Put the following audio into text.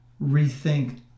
rethink